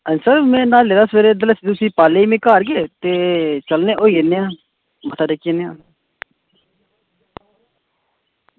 आं सर में न्हाई लैआं सबेरै ते दलस्सी पाई लेई घर गै ते चलने आं होई औने आं मत्था टेकी औन्ने आं